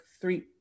three